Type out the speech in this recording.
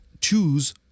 choose